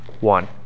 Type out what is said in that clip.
One